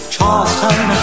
Charleston